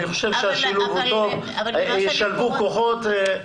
ישלבו כוחות.